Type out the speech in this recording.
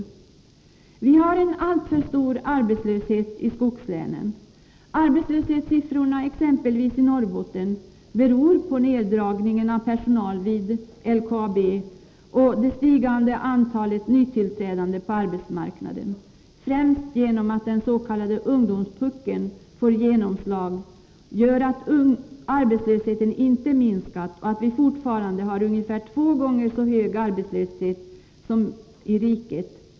Vi har en alltför stor arbetslöshet i debatt ragningen av personal vid LKAB och det stigande antalet nytillträdande på arbetsmarknaden — främst genom att den s.k. ungdomspuckeln får genomslag — vilket gör att arbetslösheten inte minskat och att vi fortfarande har ungefär två gånger så hög arbetslöshet som riket.